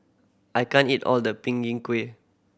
I can't eat all the png in kueh